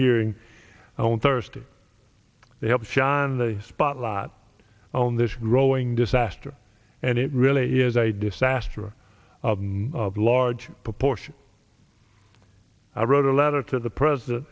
hearing on thursday they have sharon the spot lot on this growing disaster and it really is a disaster of large proportion i wrote a letter to the president